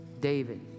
David